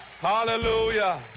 hallelujah